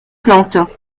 plantes